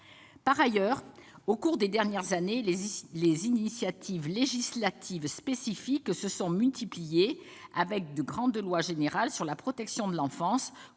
Par ailleurs, au cours des dernières années, les initiatives législatives spécifiques se sont multipliées, avec de grandes lois générales sur la protection de l'enfance,